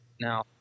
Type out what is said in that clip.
Now